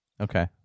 Okay